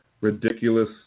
ridiculous